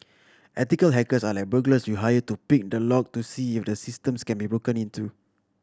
ethical hackers are like burglars you hire to pick the lock to see if the systems can be broken into